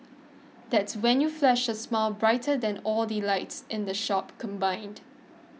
that's when you flash a smile brighter than all the lights in the shop combined